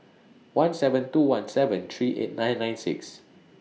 one seven two one seven three eight nine nine six